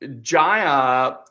Jaya